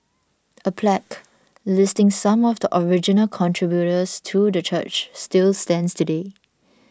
a plaque listing some of the original contributors to the church still stands today